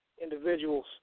individuals